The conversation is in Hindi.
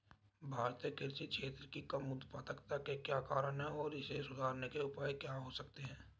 भारतीय कृषि क्षेत्र की कम उत्पादकता के क्या कारण हैं और इसे सुधारने के उपाय क्या हो सकते हैं?